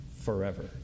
forever